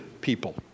people